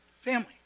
family